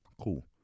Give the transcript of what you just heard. Cool